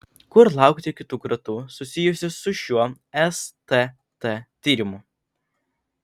kur laukti kitų kratų susijusių su šiuo stt tyrimu